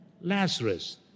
Lazarus